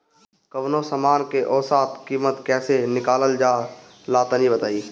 कवनो समान के औसत कीमत कैसे निकालल जा ला तनी बताई?